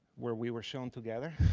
where we were shown together,